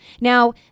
Now